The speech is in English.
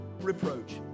reproach